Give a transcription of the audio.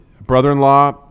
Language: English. brother-in-law